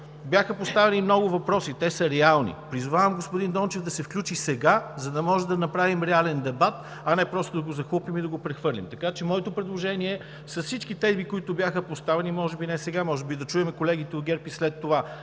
бяха поставени много въпроси, те са реални. Призовавам господин Дончев да се включи сега, за да направим реален дебат, а не просто да го захлупим и да го прехвърлим. Моето предложение е с всички тези, които бяха поставени, може би не сега, може би да чуем колегите от ГЕРБ и след това,